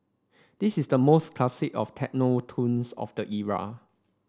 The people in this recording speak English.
this is the most classic of techno tunes of the era